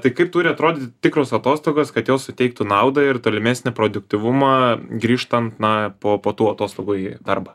tai kaip turi atrodyti tikros atostogos kad jos suteiktų naudą ir tolimesnį produktyvumą grįžtant na po po tų atostogų į darbą